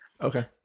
Okay